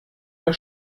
der